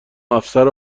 افسر